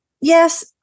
Yes